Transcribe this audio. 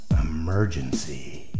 Emergency